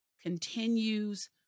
continues